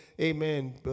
amen